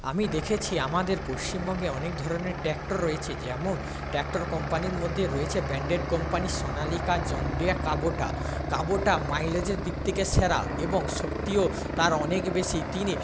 আমি দেখেছি আমাদের পশ্চিমবঙ্গে অনেক ধরনের ট্র্যাক্টর রয়েছে যেমন ট্র্যাক্টর কোম্পানির মধ্যে রয়েছে branded company Sonalika John Deere Kubota Kubota মাইলেজের দিক থেকে সেরা এবং শক্তিও তার অনেক বেশি তিনি